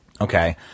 Okay